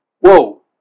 Whoa